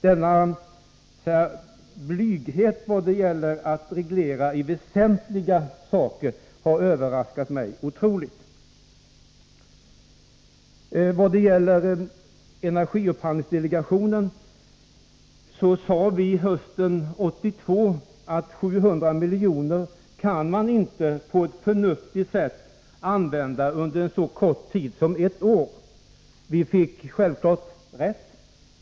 Denna blyghet vad gäller att reglera väsentliga saker har gjort mig oroligt överraskad. Vad gäller energiupphandlingsdelegationen sade vi 1982 att man inte kan använda 700 milj.kr. på ett förnuftigt sätt under en så kort tid som ett år. Vi fick självfallet rätt.